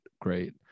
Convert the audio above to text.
great